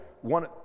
one